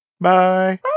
Bye